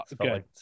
Good